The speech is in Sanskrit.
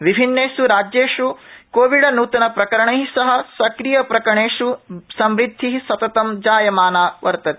विभिन्नेष् राज्येष् कोविडनूतन प्रकरणै सह सक्रियप्रकरणेष् संवृद्धि सततं जायमाना वर्तते